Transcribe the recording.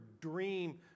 dream